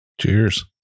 Cheers